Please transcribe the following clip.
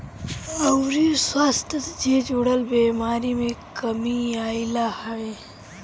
अउरी स्वास्थ्य जे जुड़ल बेमारी में कमी आईल हवे